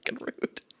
Rude